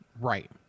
Right